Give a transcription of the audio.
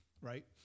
right